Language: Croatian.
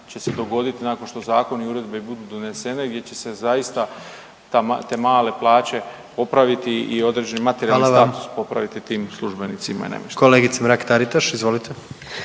će se dogoditi nakon što zakon i uredbe budu donesene gdje će se zaista te male plaće popraviti i određeni materijali status …/Upadica: Hvala vam./… popraviti tim službenicima i namještenicima. **Jandroković,